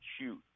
shoot